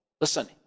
Listen